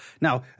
Now